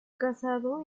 casado